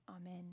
Amen